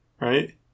Right